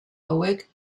hauek